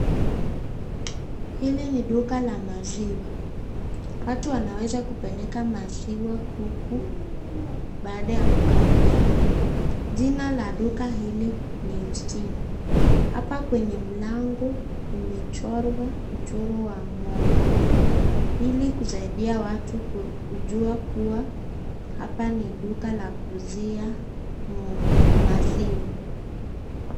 Hili ni duka la maziwa ,watu wanaweza kupeleka maziwa huku baada ya kukamuliwa, jina la duka hili ni Ustina, hapa kwenye mlango imechorwa mchoro wa ng'ombe. Ili kusaidia watu kujua kuwa hapa ni duka la kuuzia maziwa .